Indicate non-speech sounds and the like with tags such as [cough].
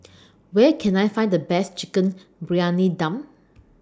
[noise] Where Can I Find The Best Chicken Briyani Dum